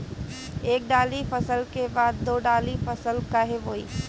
एक दाली फसल के बाद दो डाली फसल काहे बोई?